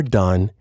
done